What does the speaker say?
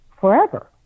forever